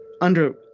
under-